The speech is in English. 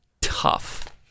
tough